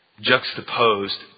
juxtaposed